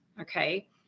okay